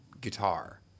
guitar